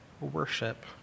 worship